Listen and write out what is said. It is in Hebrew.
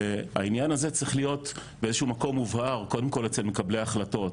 והעניין הזה צריך להיות באיזשהו מקום מובהר קודם כל אצל מקבלי ההחלטות